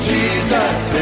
Jesus